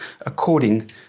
according